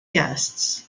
guests